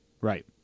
right